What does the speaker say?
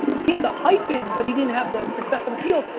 he had the hype in, but he didn't have the success in the field.